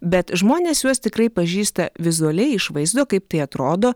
bet žmonės juos tikrai pažįsta vizualiai iš vaizdo kaip tai atrodo